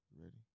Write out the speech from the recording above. Ready